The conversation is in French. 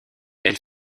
elle